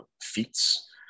feats